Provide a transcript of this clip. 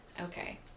Okay